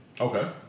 Okay